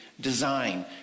design